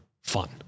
fun